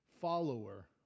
follower